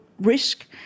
risk